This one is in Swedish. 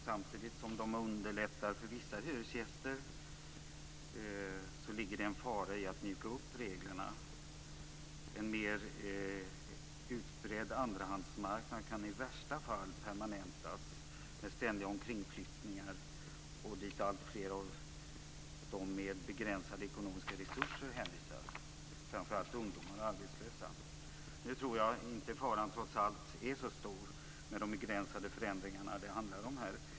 Samtidigt som det underlättar för vissa hyresgäster ligger det, som jag ser det, en fara i att mjuka upp reglerna. En mer utbredd andrahandsmarknad med ständiga omkringflyttningar kan i värsta fall permanentas, och alltfler av dem med begränsade ekonomiska resurser, framför allt ungdomar och arbetslösa, hänvisas dit. Nu tror jag trots allt att faran inte är så stor med de begränsade förändringar det handlar om här.